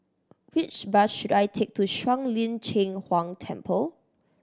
which bus should I take to Shuang Lin Cheng Huang Temple